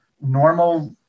normal